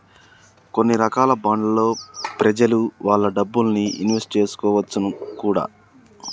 కొన్ని రకాల బాండ్లలో ప్రెజలు వాళ్ళ డబ్బుల్ని ఇన్వెస్ట్ చేసుకోవచ్చును కూడా